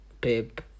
Pep